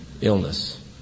illness